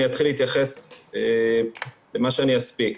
אני אתחיל להתייחס ומה שאני אספיק.